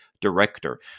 director